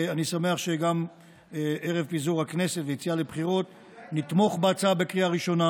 אני שמח שערב פיזור הכנסת ויציאה לבחירות נתמוך בהצעה בקריאה ראשונה